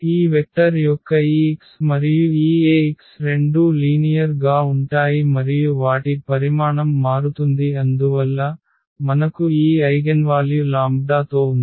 ఈ వెక్టర్ యొక్క ఈ x మరియు ఈ Ax రెండూ లీనియర్ గా ఉంటాయి మరియు వాటి పరిమాణం మారుతుంది అందువల్ల మనకు ఈ ఐగెన్వాల్యు లాంబ్డా తొ ఉంది